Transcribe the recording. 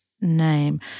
name